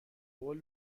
قول